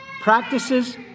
practices